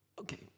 Okay